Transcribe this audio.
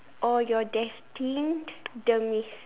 or your destined demise